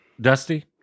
Dusty